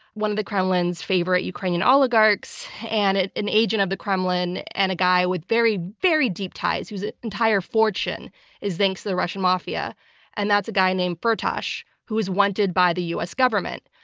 one of the kremlin's favorite ukrainian oligarchs and an agent of the kremlin and a guy with very, very deep ties whose entire fortune is thanks the russian mafia and that's a guy named firtash who is wanted by the u. s. government.